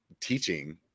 teaching